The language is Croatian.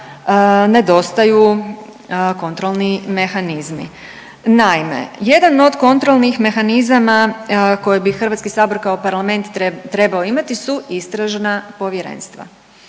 nedostaju kontrolni mehanizmi. Naime, jedan od kontrolnih mehanizama koje bi HS kao parlament trebao imati su istražna povjerenstva.